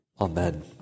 Amen